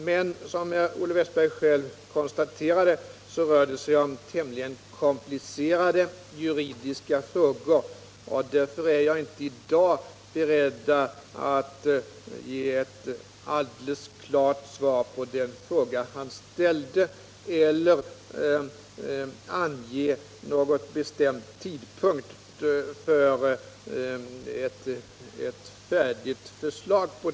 Men som Olle Wästberg själv konstaterade rör det sig om tämligen komplicerade juridiska frågor, och därför är jag inte i dag beredd att ge alldeles klart svar på den fråga han ställde eller ange någon bestämd tidpunkt för ett färdigt förslag.